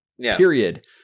Period